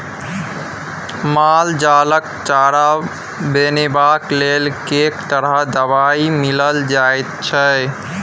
माल जालक चारा बनेबाक लेल कैक तरह दवाई मिलाएल जाइत छै